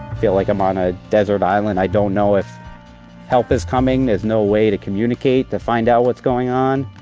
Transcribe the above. feel like i'm on a desert island. i don't know if help is coming. there's no way to communicate to find out what's going on.